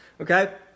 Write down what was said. Okay